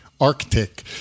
Arctic